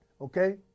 Okay